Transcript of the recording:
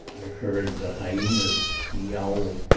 heard the hyenas yowling